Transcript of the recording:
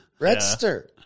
Redster